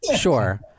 Sure